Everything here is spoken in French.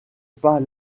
pas